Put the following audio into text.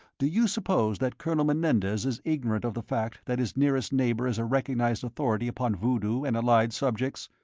do you suppose that colonel menendez is ignorant of the fact that his nearest neighbour is a recognized authority upon voodoo and allied subjects?